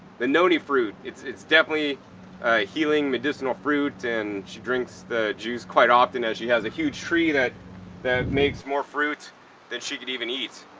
the noni fruit, it's it's definitely healing, medicinal fruit, fruit, and she drinks the juice quite often as she has a huge tree that that makes more fruits than she could even eat.